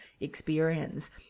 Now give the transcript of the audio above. experience